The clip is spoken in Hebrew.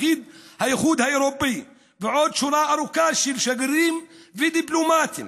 האיחוד האירופי ועוד שורה ארוכה של שגרירים ודיפלומטים